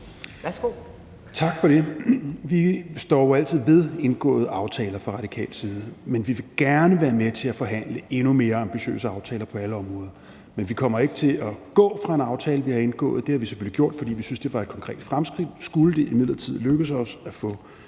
Tak for det. Vi står jo altid ved indgåede aftaler fra radikal side, men vi vil gerne være med til at forhandle endnu mere ambitiøse aftaler på alle områder. Men vi kommer ikke til at gå fra en aftale, vi har indgået. Den har vi selvfølgelig indgået, fordi vi syntes, det var et konkret fremskridt. Skulle det imidlertid lykkes os f.eks.